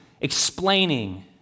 explaining